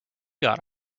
got